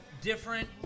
different